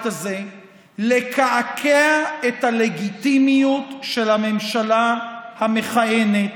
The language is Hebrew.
הזה לקעקע את הלגיטימיות של הממשלה המכהנת,